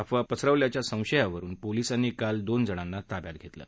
अफवा पसरवल्याच्या संशयावरुन पोलिसांनी काल दोनजणांना ताब्यात घर्मि